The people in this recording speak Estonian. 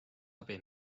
abi